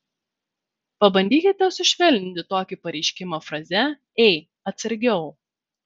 pabandykite sušvelninti tokį pareiškimą fraze ei atsargiau